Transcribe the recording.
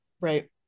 Right